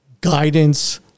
guidance